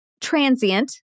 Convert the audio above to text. transient